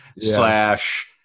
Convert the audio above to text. slash